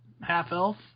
half-elf